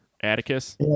Atticus